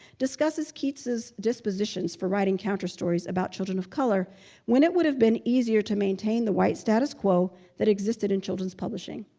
discusses keats's dispositions for writing counterstories about children of color when it would have been easier to maintain the white status quo that existed in children's publishing.